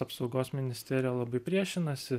apsaugos ministerija labai priešinasi